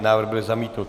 Návrh byl zamítnut.